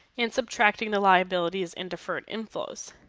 and subtracting the liabilities and deferred inflows.